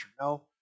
No